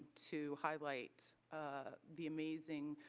to highlight the amazing,